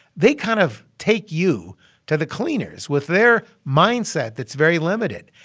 they kind of take you to the cleaners with their mindset that's very limited.